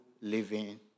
living